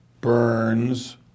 Burns